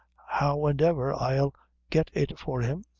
how-and-ever, i'll get it for him.